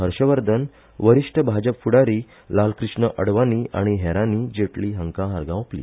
हर्षवर्धन वरिष्ठ भाजप फुडारी लालकृष्ण अडवाणी आनी हेरांनी जेटली हांका आर्गा ओपली